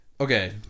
Okay